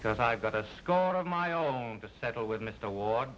because i've got a scar of my own to settle with mr wa